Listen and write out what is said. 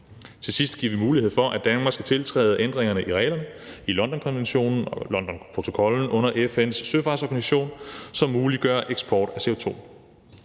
Til sidst giver vi mulighed for, at Danmark kan tiltræde ændringerne af reglerne i Londonprotokollen under FN's søfartsorganisation, hvilket muliggør eksport af CO2.